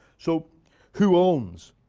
so who owns